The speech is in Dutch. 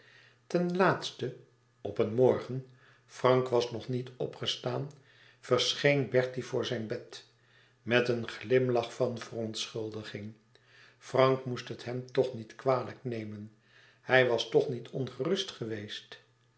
ten laatste op een morgen frank was nog niet opgestaan verscheen bertie voor zijn bed met een glimlach van verontschuldiging frank moest het hem toch niet kwalijk nemen hij was toch niet ongerust geweest